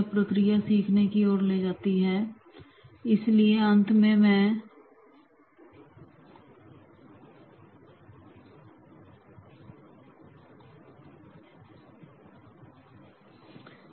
प्रत्येक व्यक्ति अलग अलग सुझावों के साथ सामने आ सकता है लेकिन याद रखें कि यह वास्तविक उत्तर नहीं है बल्कि यह प्रक्रिया सीखने की ओर ले जाती है